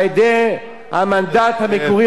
על-ידי המנדט המקורי,